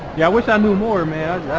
yeah wish i knew more man.